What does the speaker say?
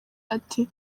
ati